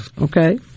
okay